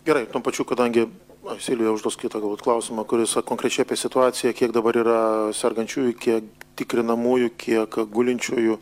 gerai tuo pačiu kadangi silvija užduos kitą galbūt klausimą kuris konkrečiai apie situaciją kiek dabar yra sergančiųjų kiek tikrinamųjų kiek gulinčiųjų